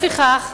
לפיכך,